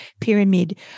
pyramid